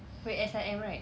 wait S_I_M right